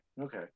Okay